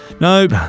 Nope